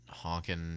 Honking